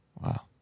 Wow